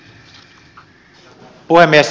herra puhemies